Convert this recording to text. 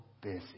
busy